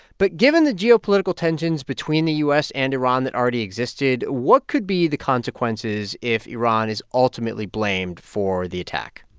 but given the geopolitical tensions between the u s. and iran that already existed, what could be the consequences if iran iran is ultimately blamed for the attack?